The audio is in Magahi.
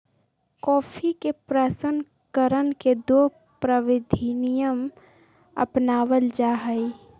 कॉफी के प्रशन करण के दो प्रविधियन अपनावल जा हई